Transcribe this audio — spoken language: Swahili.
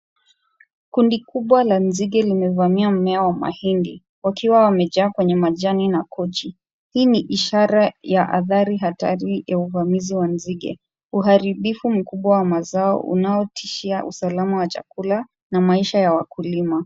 Kundi kubwa la nzige limevamia mmea wa mahindi wakiwa wamejaa kwenye majani na kochi . Hii ni ishara ya athari hatari ya uvamizi wa nzige. Uharibifu mkubwa wa mazao unaotishia usalama wa chakula na maisha ya wakulima.